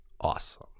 awesome